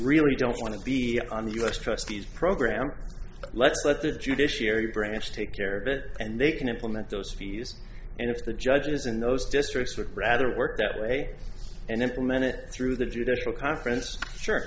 really don't want to be on the u s trustees program let's let the judiciary branch take care of it and they can implement those fees and if the judges in those districts would rather work that way and implemented through the judicial conference sure